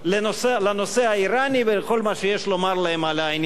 לנושא האירני ולכל מה שיש להם לומר בעניין הזה.